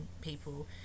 people